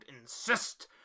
insist